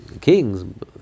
kings